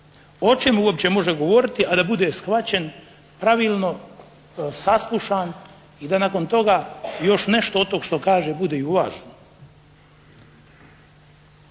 O čemu uopće može govoriti, a da bude shvaćen pravilno saslušan i da nakon toga još nešto od tog što kaže bude i uvaženo.